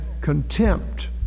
contempt